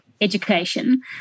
education